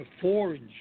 forge